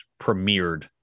premiered